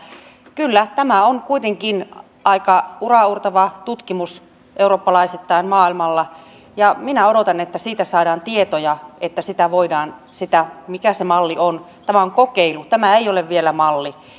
kyllä tämä on kuitenkin aika uraauurtava tutkimus eurooppalaisittain maailmalla minä odotan että siitä saadaan tietoja että voidaan nähdä mikä se malli on tämä on kokeilu tämä ei ole vielä malli ja